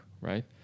right